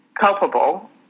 culpable